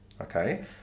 okay